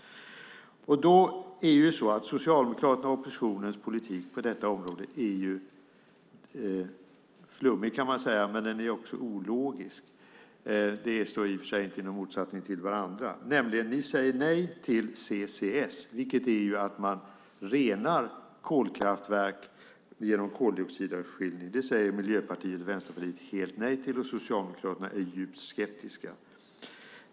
Socialdemokraternas och oppositionens politik på detta område är flummig, kan man säga, men den är också ologisk. Det är i och för sig inte något motsatsförhållande. Ni säger nej till CCS som innebär att man renar kolkraftverk genom koldioxidavskiljning. Miljöpartiet och Vänsterpartiet säger helt nej till det, och Socialdemokraterna är djupt skeptiska.